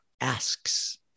asks